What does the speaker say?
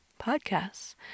podcasts